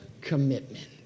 commitment